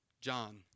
John